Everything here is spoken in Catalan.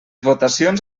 votacions